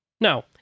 Now